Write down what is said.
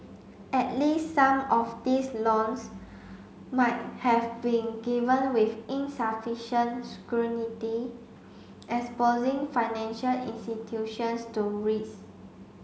at least some of these loans might have been given with insufficient scrutiny exposing financial institutions to risk